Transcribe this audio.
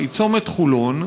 היא צומת חולון,